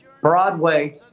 Broadway